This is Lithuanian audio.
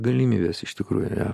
galimybės iš tikrųjų jo